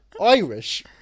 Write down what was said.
Irish